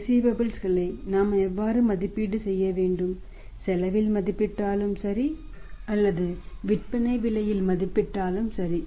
receivables நாம் எவ்வாறு மதிப்பீடு செய்ய வேண்டும் செலவில் மதிப்பிடாலும் சரி அல்லது விற்பனை விலையில் மதிப்பிடாலும் சரி